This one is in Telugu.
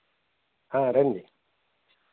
రండి